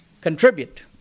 contribute